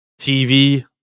TV